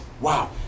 wow